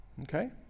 Okay